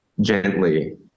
gently